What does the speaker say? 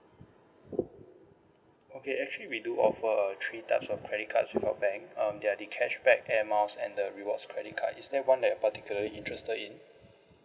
okay actually we do offer a three types of credit cards from our bank um there are the cashback air miles and the rewards credit card is there one that you particularly interested in